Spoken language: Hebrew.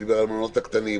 שדיבר על המלונות הקטנים,